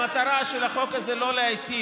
המטרה של החוק הזה היא לא להיטיב.